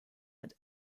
and